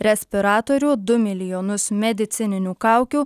respiratorių du milijonus medicininių kaukių